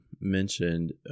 mentioned